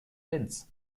linz